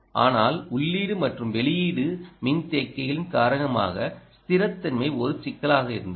ஆனால் உள்ளீடு மற்றும் வெளியீட்டு மின்தேக்கிகளின் காரணமாக ஸ்திரத்தன்மை ஒரு சிக்கலாக இருந்தது